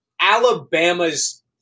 Alabama's